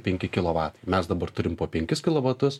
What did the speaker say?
penki kilovatai mes dabar turim po penkis kilovatus